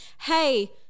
Hey